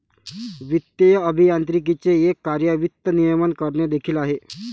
वित्तीय अभियांत्रिकीचे एक कार्य वित्त नियमन करणे देखील आहे